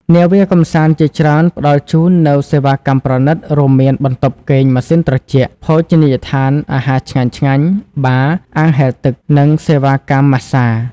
នាវាកម្សាន្តជាច្រើនផ្តល់ជូននូវសេវាកម្មប្រណិត រួមមានបន្ទប់គេងម៉ាស៊ីនត្រជាក់ ភោជនីយដ្ឋានអាហារឆ្ងាញ់ៗ បារ អាងហែលទឹក និងសេវាកម្មម៉ាស្សា។